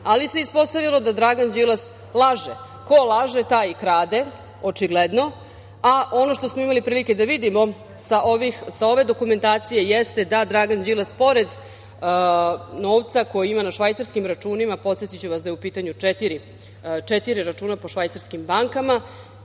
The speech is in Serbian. ali se ispostavilo da Dragan Đilas laže. Ko laže, taj i krade, očigledno. Ono što smo imali prilike da vidimo iz ove dokumentacije jeste da Dragan Đilas, pored novca koji ima na švajcarskim računima, podsetiću vas da su u pitanju četiri računa po švajcarskim bankama,